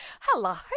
Hello